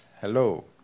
Hello